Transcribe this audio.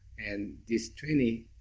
and this twenty